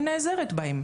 אני נעזרת בהם.